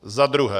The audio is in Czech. Za druhé.